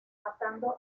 matando